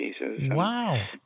Wow